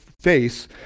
face